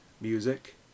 music